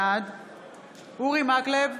בעד אורי מקלב,